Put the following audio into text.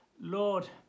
Lord